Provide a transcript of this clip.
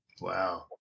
Wow